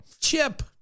Chip